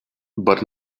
but